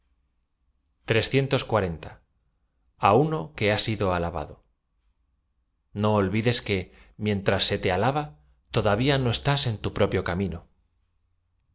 uno que ita sido alabado no olvides que mientras ae te alaba tod avia oo estáa en tu propio camino